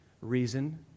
reason